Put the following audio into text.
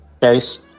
case